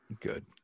good